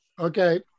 Okay